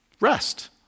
Rest